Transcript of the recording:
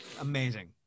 amazing